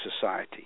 society